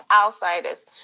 outsiders